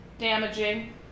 Damaging